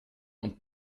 und